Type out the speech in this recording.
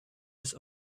his